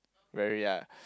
very ah